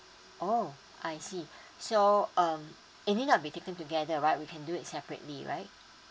oh I see so um it means I'll be taken together right we can do it separately right